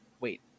wait